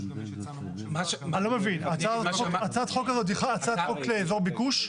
הצעת החוק הזאת היא הצעת חוק לאזור ביקוש?